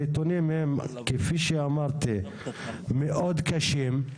הנתונים הם, כפי שאמרתי, מאוד קשים.